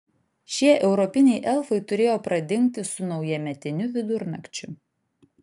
šie europiniai elfai turėjo pradingti su naujametiniu vidurnakčiu